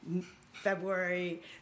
February